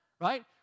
right